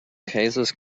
cases